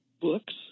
books